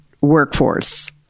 workforce